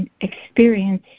experience